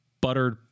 buttered